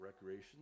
recreation